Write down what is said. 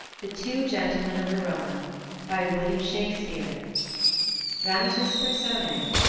the two gentlemen of verona by william shakespeare dramatis personae